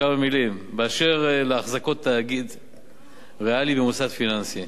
כמה מלים: באשר להחזקות תאגיד ריאלי ממוסד פיננסי,